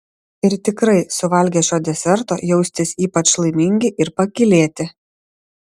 ir tikrai suvalgę šio deserto jausitės ypač laimingi ir pakylėti